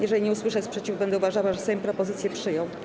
Jeżeli nie usłyszę sprzeciwu, będę uważała, że Sejm propozycję przyjął.